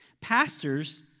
Pastors